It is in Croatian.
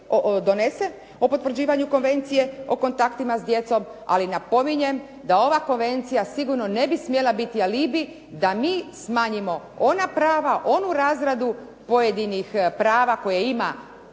donese, o potvrđivanju konvencije, o kontaktima s djecom, ali napominjem da ova konvencija sigurno ne bi smjela biti alibi da mi smanjimo ona prava, onu razradu pojedinih prava koje ima